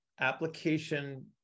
application